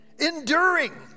Enduring